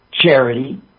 Charity